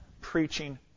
preaching